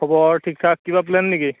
খবৰ ঠিক ঠাক কিবা প্লেন নেকি